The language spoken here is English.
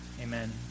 amen